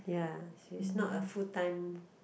ya she's not a full time